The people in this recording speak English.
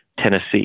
Tennessee